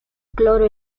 cloro